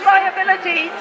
Liability